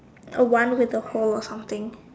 a one with the hole or something